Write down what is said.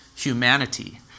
humanity